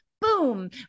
Boom